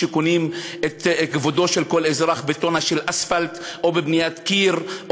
שקונים את כבודו של כל אזרח בטונה של אספלט או בבניית קיר,